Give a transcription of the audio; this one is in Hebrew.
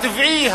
הטבעי,